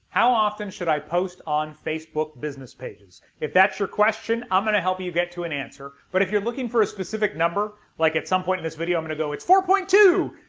how often should i post on facebook business pages? if that's your question i'm gonna help you get to an answer, but if you're looking for a specific number, like at some point in this video i'm gonna go, it's four point two,